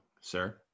sir